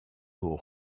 aux